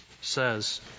says